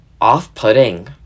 off-putting